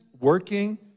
working